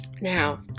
now